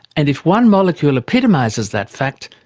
and if one molecule epitomises that fact,